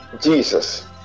jesus